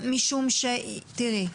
תראי,